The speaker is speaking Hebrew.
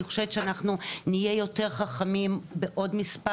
אני חושבת שאנחנו נהיה יותר חכמים בעוד מספר